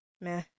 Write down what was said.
Meh